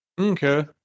Okay